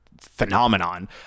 phenomenon